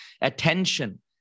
attention